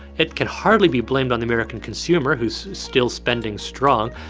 it can hardly be blamed on the american consumer, who is still spending strong.